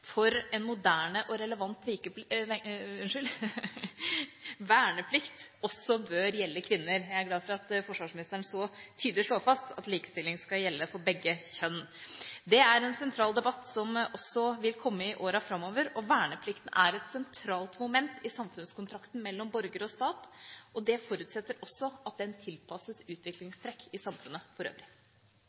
for at en moderne og relevant verneplikt også bør gjelde kvinner. Jeg er glad for at forsvarsministeren så tydelig slår fast at likestilling skal gjelde for begge kjønn. Det er en sentral debatt som også vil komme i åra framover. Verneplikten er et sentralt moment i samfunnskontrakten mellom borger og stat, og det forutsettes også at den tilpasses utviklingstrekk i samfunnet for øvrig.